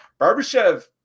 Barbashev